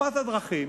מפת הדרכים